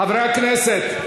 חברי הכנסת,